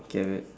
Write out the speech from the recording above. okay wait